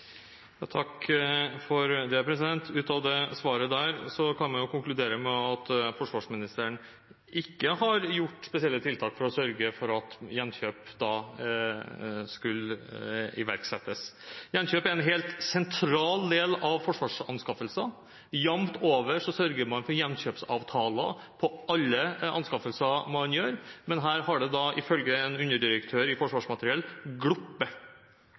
Av det svaret kan man konkludere med at forsvarsministeren ikke har gjort spesielle tiltak for å sørge for at gjenkjøp skulle iverksettes. Gjenkjøp er en helt sentral del av forsvarsanskaffelser. Jevnt over sørger man for gjenkjøpsavtaler på alle anskaffelser man gjør, men her har det da, ifølge en underdirektør i Forsvarsmateriell,